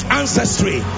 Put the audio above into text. ancestry